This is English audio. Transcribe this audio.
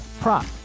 prop